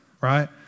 right